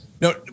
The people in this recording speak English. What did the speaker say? No